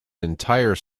entire